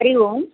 Hari Om